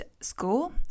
school